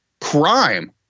crime